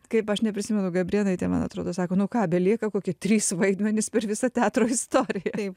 kaip aš neprisimenu gabrėnaitė man atrodo sako nu ką belieka kokie trys vaidmenys per visą teatro istoriją